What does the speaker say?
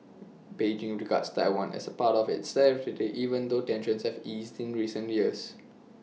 Beijing regards Taiwan as part of its territory even though tensions have eased in recent years